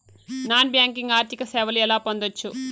Non banking ఆర్థిక సేవలు ఎలా పొందొచ్చు?